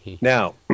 Now